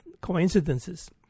coincidences